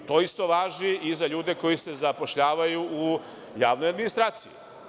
To isto važi i za ljude koji se zapošljavaju u javnoj administraciji.